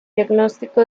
diagnóstico